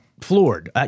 floored